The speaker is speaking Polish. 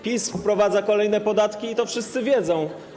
PiS wprowadza kolejne podatki i to wszyscy wiedzą.